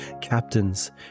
captains